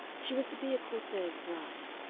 she was to be a corsair's bride.